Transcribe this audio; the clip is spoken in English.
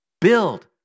build